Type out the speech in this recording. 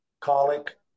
colic